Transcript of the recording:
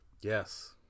yes